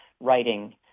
writing